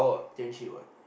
ten shit what